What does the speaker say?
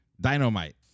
Dynamite